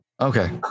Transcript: Okay